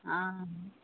हाँ